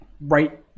right